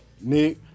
Nick